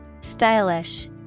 Stylish